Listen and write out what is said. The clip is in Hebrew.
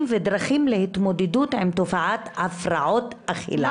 ודרכים להתמודדות עם תופעת הפרעות אכילה.